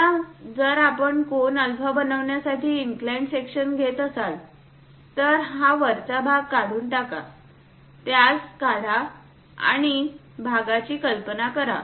आता जर आपण कोन अल्फा बनवण्यासाठी इनक्लाइंड सेक्शन घेत असाल तर हा वरचा भाग काढून टाका त्यास काढा आणि या भागाची कल्पना करा